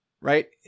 right